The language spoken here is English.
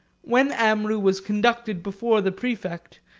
when amrou was conducted before the praefect,